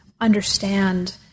understand